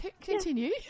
Continue